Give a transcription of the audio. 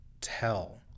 tell